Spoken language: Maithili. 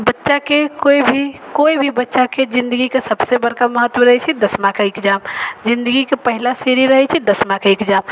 बच्चा के कोइ भी कोइ भी बच्चा के जिंदगी के सबसे बड़का महत्व रहै छै दसमा के एग्जाम जिंदगी के पहला सीढ़ी रहै छै दसमा के एग्जाम